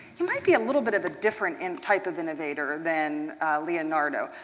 he might be a little bit of a different and type of innovator than leonardo.